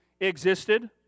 existed